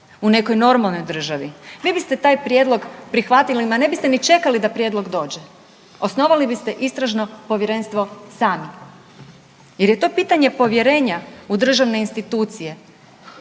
U nekoj normalnoj državi vi biste taj prijedlog prihvatili, ma ne biste ni čekali da prijedlog dođe. Osnovali biste istražno povjerenstvo sami jer je to pitanje povjerenja u državne institucije.